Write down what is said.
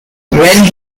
when